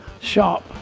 sharp